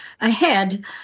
ahead